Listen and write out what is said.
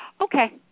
Okay